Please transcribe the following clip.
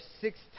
six